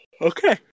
okay